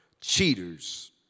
Cheaters